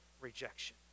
rejection